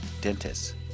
dentists